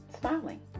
smiling